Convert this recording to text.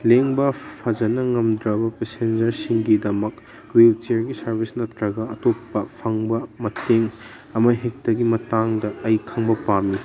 ꯂꯦꯡꯕ ꯐꯖꯅ ꯉꯝꯗ꯭ꯔꯕ ꯄꯦꯁꯦꯟꯖꯔꯁꯤꯡꯒꯤꯗꯃꯛ ꯍ꯭ꯋꯤꯜ ꯆꯤꯌꯔꯒꯤ ꯁꯥꯔꯕꯤꯁ ꯅꯠꯇ꯭ꯔꯒ ꯑꯇꯣꯞꯄ ꯐꯪꯕ ꯃꯇꯦꯡ ꯑꯃꯍꯦꯛꯇꯒꯤ ꯃꯇꯥꯡꯗ ꯑꯩ ꯈꯪꯕ ꯄꯥꯝꯃꯤ